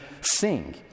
sing